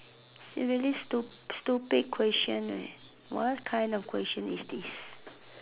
it's really stu~ stupid question right what kind of question is this